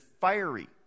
fiery